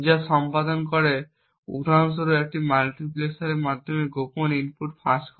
যা সম্পাদন করে উদাহরণস্বরূপ একটি মাল্টিপ্লেক্সারের মাধ্যমে গোপন ইনপুট ফাঁস করে